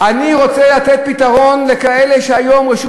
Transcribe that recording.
אני רוצה לתת פתרון לכאלה שהיום רשות